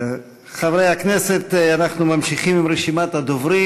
חברי הכנסת, אנחנו ממשיכים עם רשימת הדוברים.